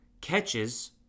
catches